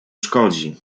szkodzi